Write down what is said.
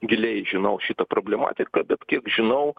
giliai žinau šitą problematiką bet kiek žinau